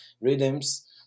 rhythms